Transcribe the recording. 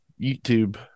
YouTube